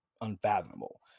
unfathomable